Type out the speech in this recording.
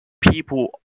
people